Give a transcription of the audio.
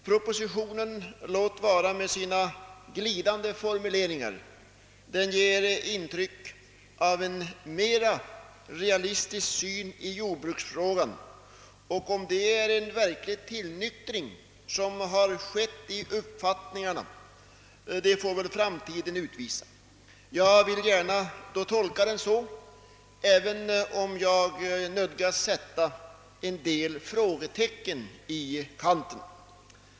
Propositionen ger — låt vara med glidande formuleringar — intryck av en mera realistisk syn i jordbruksfrågan. Om det är en verklig tillnyktring i uppfattningarna som har skett får väl framtiden utvisa. Jag vill gärna tolka propositionen så, även om jag nödgas sätta en del frågetecken i kanten.